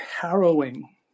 harrowing